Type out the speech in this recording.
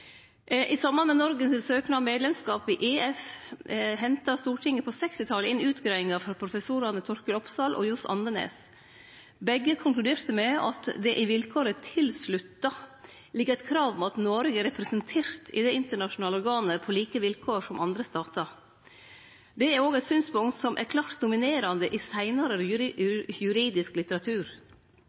I samband med Noreg sin søknad om medlemskap i EF henta Stortinget på 1960-talet inn utgreiingar frå professorane Torkel Opsahl og Johs. Andenæs. Begge konkluderte med at det i vilkåret «tilsluttet» ligg eit krav om at Noreg er representert i det internasjonale organet på like vilkår som andre statar. Det er også eit synspunkt som er klart dominerande i seinare juridisk